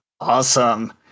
Awesome